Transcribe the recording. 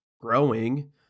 growing